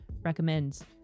recommends